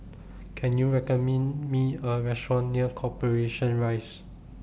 Can YOU Me A Restaurant near Corporation Rise